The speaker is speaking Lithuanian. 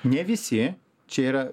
ne visi čia yra